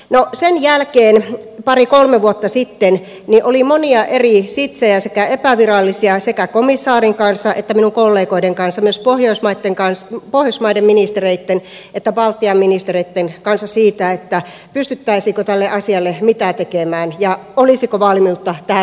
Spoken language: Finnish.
no sen jälkeen pari kolme vuotta sitten oli monia eri sitsejä epävirallisia sekä komissaarin kanssa että minun kollegoideni kanssa myös pohjoismaiden ministereitten ja baltian ministereitten kanssa siitä pystyttäisiinkö tälle asialle tekemään jotakin ja olisiko valmiutta tähän lykkäykseen